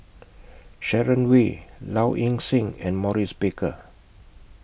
Sharon Wee Low Ing Sing and Maurice Baker